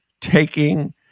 taking